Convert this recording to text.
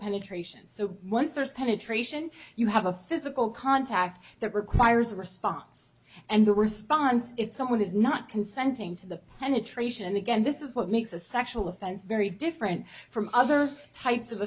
penetration so once there's penetration you have a physical contact that requires a response and the response if someone is not consenting to the penetration and again this is what makes a sexual offense very different from other types of